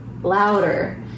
louder